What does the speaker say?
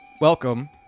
Welcome